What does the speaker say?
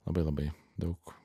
labai labai daug